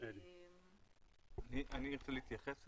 אני אתייחס לזה.